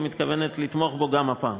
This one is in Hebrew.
היא מתכוונת לתמוך בו גם הפעם.